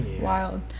wild